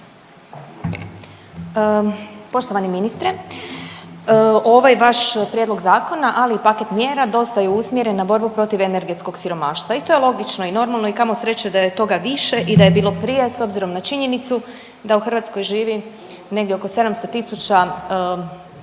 Poštovani ministre. Ovaj vaš prijedlog zakona, ali i paket mjera dosta je usmjeren na borbu protiv energetskog siromaštva i to je logično i normalno i kamo sreće da je toga više i da je bilo prije s obzirom na činjenicu da u Hrvatskoj živi negdje oko 700.000